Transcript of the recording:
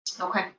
Okay